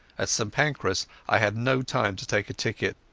at st pancras i had no time to take a ticket,